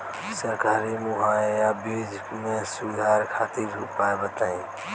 सरकारी मुहैया बीज में सुधार खातिर उपाय बताई?